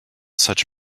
such